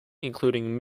including